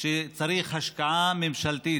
שצריכות השקעה ממשלתית.